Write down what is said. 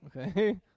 Okay